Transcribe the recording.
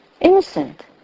Innocent